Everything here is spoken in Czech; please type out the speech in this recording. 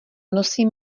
nosím